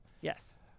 Yes